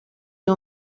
you